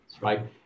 right